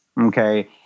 Okay